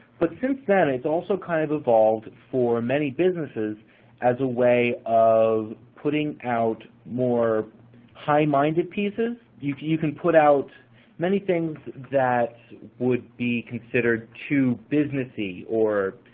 but since then it's also kind of evolved for many businesses as a way of putting out more high-minded pieces. if you can put out many things that would be considered too business-y or